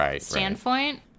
standpoint